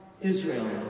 Israel